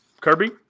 Kirby